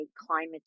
climate